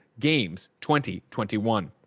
GAMES2021